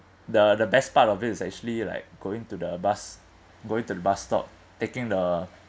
the the best part of it is actually like going to the bus going to the bus stop taking the